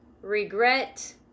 regret